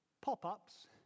pop-ups